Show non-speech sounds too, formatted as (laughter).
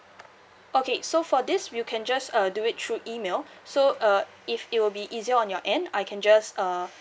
okay so for this you can just uh do it through email (breath) so uh if it will be easier on your end I can just uh